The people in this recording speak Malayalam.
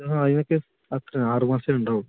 ആ അതിനൊക്കെ അത്രയേ ആറ് മാസമേ ഉണ്ടാവൂ